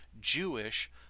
Jewish